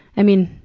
i mean,